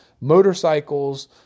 motorcycles